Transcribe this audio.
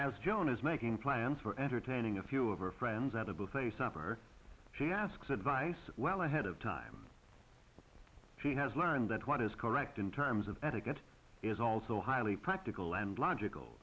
is making plans for entertaining a few of her friends at a buffet supper she asks advice well ahead of time she has learned that what is correct in terms of etiquette is also highly practical and logical